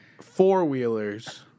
four-wheelers